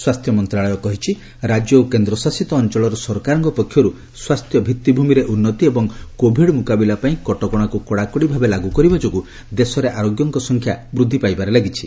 ସ୍ପାସ୍ଥ୍ୟ ମନ୍ତ୍ରଣାଳୟ କହିଛି ରାଜ୍ୟ ଓ କେନ୍ଦ୍ରଶାସିତ ଅଞ୍ଚଳର ସରକାରଙ୍କ ପକ୍ଷରୁ ସ୍ୱାସ୍ଥ୍ୟ ଭିଭିଭୂମିରେ ଉନ୍ନତି ଏବଂ କୋଭିଡ୍ ମୁକାବିଲା ପାଇଁ କଟକଶାକୁ କଡ଼ାକଡ଼ି ଭାବେ ଲାଗୁ କରିବା ଯୋଗୁଁ ଦେଶରେ ଆରୋଗ୍ୟଙ୍କ ସଂଖ୍ୟା ବୃଦ୍ଧି ପାଇବାରେ ଲାଗିଛି